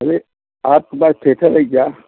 अरे आपके पास थिएटर है क्या